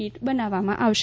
kit બનાવવામાં આવશે